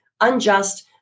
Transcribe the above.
unjust